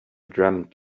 dreamed